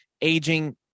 aging